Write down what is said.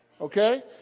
Okay